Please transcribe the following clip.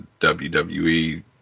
WWE